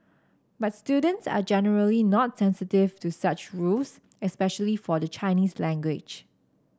but students are generally not sensitive to such rules especially for the Chinese language